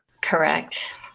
Correct